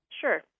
Sure